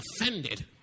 offended